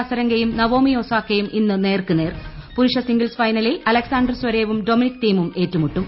അസരങ്കയും Naomi ഒസാക്കയും ഇന്ന് നേർക്ക് നേർ പുരുഷ സിംഗിൾസ് ഫൈനലിൽ അലക്സാണ്ടർ സ്വരേവും ഡൊമിനിക് തീമും ഏറ്റുമുട്ടും